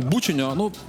bučinio nu